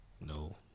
no